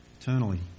eternally